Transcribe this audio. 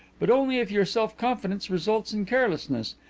but only if your self-confidence results in carelessness.